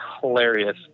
hilarious